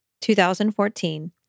2014